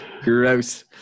Gross